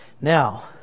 Now